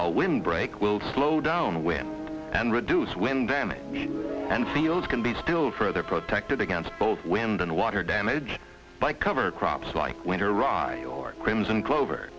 a windbreak will slow down wind and reduce wind damage and fields can be still further protected against both wind and water damage by cover crops like winter rye or crimson clover